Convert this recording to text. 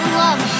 love